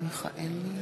מצביע משה זלמן פייגלין,